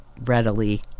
readily